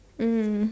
mm